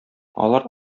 алар